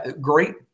great